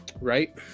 right